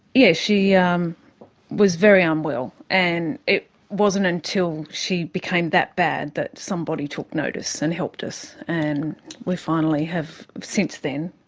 yeah she um was very unwell. and it wasn't until she became that bad that somebody took notice and helped us, and we finally have since then,